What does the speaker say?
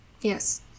Yes